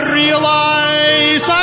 realize